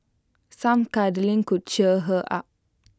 some cuddling could cheer her up